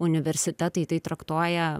universitetai tai traktuoja